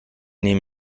nehme